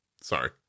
Sorry